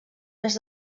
més